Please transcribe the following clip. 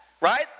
Right